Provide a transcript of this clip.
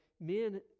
men